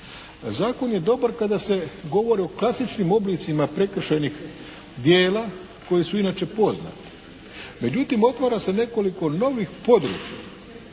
Zakon je dobar kada se govori o klasičnim oblicima prekršajnih djela koji su inače poznati, međutim otvara se nekoliko novih područja